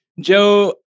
Joe